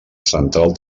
central